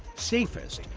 safest,